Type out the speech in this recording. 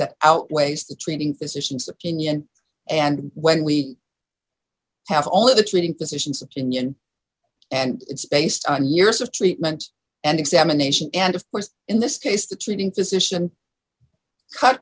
that outweighs the treating physicians opinion and when we have all of the treating physicians opinion and it's based on years of treatment and examination and of course in this case the treating physician cut